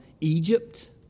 Egypt